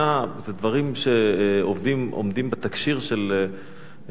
אלה דברים שעומדים בתקשי"ר של המדינה?